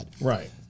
Right